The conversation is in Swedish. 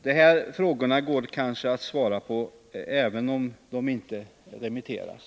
Det går kanske att svara på dessa frågor även om de inte remitterats.